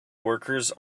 workers